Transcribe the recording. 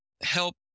help